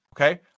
okay